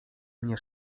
mnie